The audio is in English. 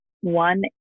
one